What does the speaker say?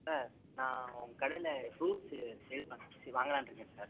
sir நான் உங்கள் கடையில ஃப்ரூட்ஸு சேல் பண்ணலான் சீ வாங்கலாம்னு இருக்கேன் சார்